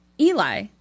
Eli